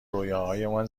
رویاهایمان